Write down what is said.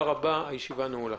תודה רבה, הישיבה נעולה.